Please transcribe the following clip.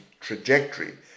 trajectory